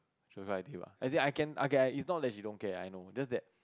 as in I can I can it's not that she don't care I know it's just that